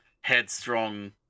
headstrong